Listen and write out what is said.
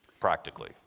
practically